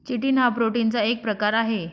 chitin हा प्रोटीनचा एक प्रकार आहे